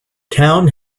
town